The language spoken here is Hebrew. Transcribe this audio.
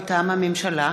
מטעם הממשלה: